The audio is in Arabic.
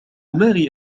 ماري